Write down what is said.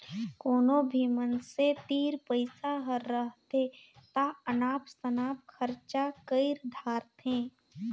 कोनो भी मइनसे तीर पइसा हर रहथे ता अनाप सनाप खरचा कइर धारथें